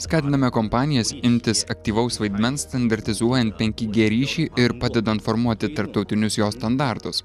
skatiname kompanijas imtis aktyvaus vaidmens standartizuojant penki g ryšį ir padedant formuoti tarptautinius jo standartus